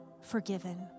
forgiven